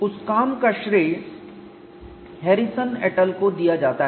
उस काम का श्रेय Harrison et al Harrison et al को दिया जाता है